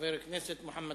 חבר הכנסת מוחמד